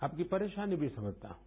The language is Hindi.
आपकी परेशानी भी समझता हूं